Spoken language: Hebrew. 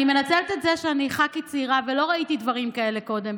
אני מנצלת את זה שאני ח"כית צעירה ולא ראיתי דברים כאלה קודם,